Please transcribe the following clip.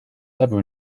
leather